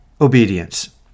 obedience